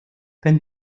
wenn